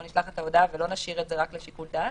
נשלח את ההודעה ולא נשאיר את זה רק לשיקול דעת.